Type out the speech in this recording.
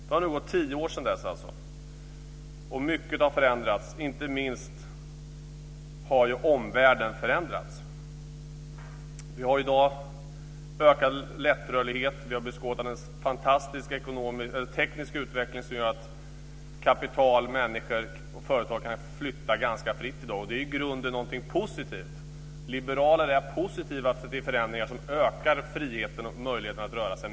Det har nu gått tio år sedan dess, och mycket har förändrats. Inte minst har omvärlden förändrats. Vi har i dag mer lättrörlighet. Vi har beskådat en fantastisk teknisk utveckling som gör att kapital, människor och företag i dag kan flytta ganska fritt. Det är i grunden någonting positivt. Liberaler är positiva till förändringar som ökar friheten och möjligheten att röra sig.